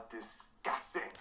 disgusting